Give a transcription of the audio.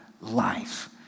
life